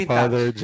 Father